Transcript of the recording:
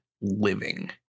living